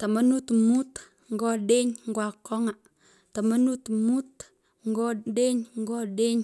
tamanut mut nyo odeny ngo akong'a, tamanut mut ngo odeny ngo odeny.